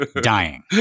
Dying